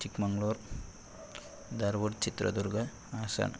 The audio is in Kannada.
ಚಿಕ್ಕಮಗ್ಳೂರ್ ಧಾರ್ವಾಡ ಚಿತ್ರದುರ್ಗ ಹಾಸನ